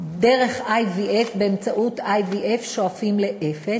דרך IVF, באמצעותIVF , שואפים לאפס,